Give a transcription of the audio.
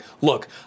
look